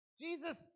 Jesus